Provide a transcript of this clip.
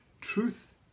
Truth